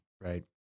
Right